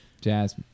jazz